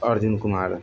Arvind Kumar